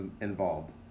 involved